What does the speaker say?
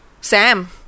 Sam